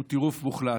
הוא טירוף מוחלט.